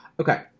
Okay